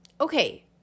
Okay